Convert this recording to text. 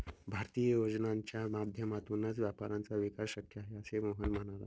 भारतीय योजनांच्या माध्यमातूनच व्यापाऱ्यांचा विकास शक्य आहे, असे मोहन म्हणाला